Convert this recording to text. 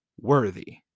worthy